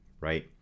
right